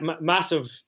massive